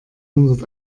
hundert